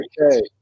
Okay